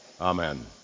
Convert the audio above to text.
amen